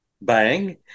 bang